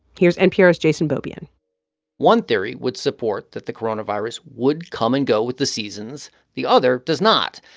here's npr's jason beaubien one theory would support that the coronavirus would come and go with the seasons. the other does not.